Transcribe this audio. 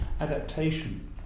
adaptation